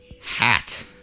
Hat